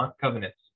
covenants